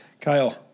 Kyle